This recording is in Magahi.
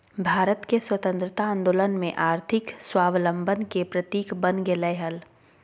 भारत के स्वतंत्रता आंदोलन में आर्थिक स्वाबलंबन के प्रतीक बन गेलय हल